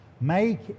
make